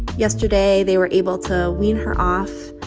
yesterday, they were able to wean her off.